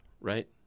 right